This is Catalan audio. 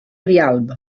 rialb